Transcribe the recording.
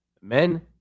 men